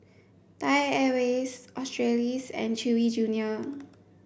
Thai Airways Australis and Chewy Junior